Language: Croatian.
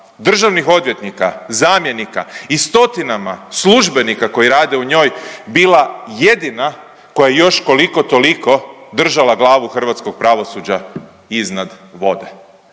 državnih odvjetnika, zamjenika i stotinama službenika koji rade u njoj bila jedina koja je još koliko toliko držala glavu hrvatskog pravosuđa iznad vode.